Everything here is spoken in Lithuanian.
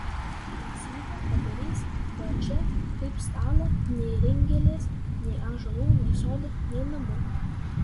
masyvą padarys va čia kaip stalą nei ringelės nei ąžuolų nei sodo nei namų